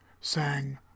sang